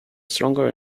stronger